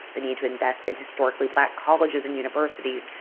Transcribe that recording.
the need to invest in historically black colleges and universities,